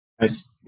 Nice